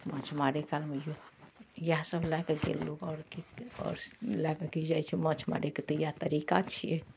माँछ मारै कालमे इएह सब लए कऽ गेल लोक आओर कि आओर लए कऽ कि जाइ छै माँछ मारैके तऽ इएह तरीका छियै